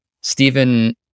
Stephen